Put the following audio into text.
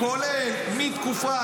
כולל מתקופת,